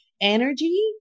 energy